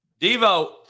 Devo